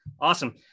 awesome